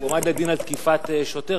הוא הועמד לדין על תקיפת שוטר,